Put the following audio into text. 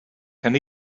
can